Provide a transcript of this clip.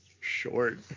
short